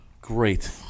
Great